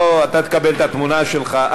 בוא, אתה תקבל את התמונה שלך.